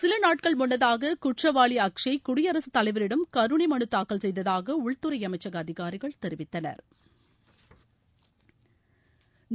சில நாட்கள் முன்னதாக குற்றவாளி அக்ஷய் குடியரசுத் தலைவரிடம் கருணை மனு தாக்கல் செய்ததாக உள்துறை அமைச்சக அதிகாரிகள் தெரிவித்தனா்